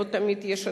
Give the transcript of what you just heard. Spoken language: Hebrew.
לא תמיד יש התאמה,